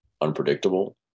unpredictable